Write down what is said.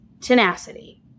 tenacity